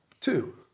Two